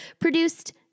produced